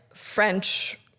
French